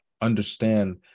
understand